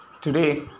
Today